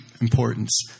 importance